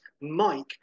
Mike